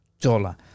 dollar